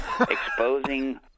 exposing